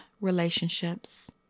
relationships